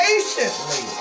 Patiently